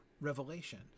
revelation